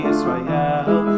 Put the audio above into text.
Israel